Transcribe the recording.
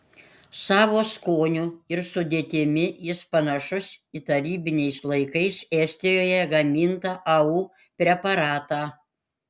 savo skoniu ir sudėtimi jis panašus į tarybiniais laikais estijoje gamintą au preparatą